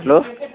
hello